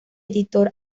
editor